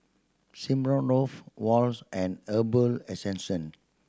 Smirnoff Wall's and Herbal